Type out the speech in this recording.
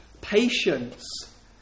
Patience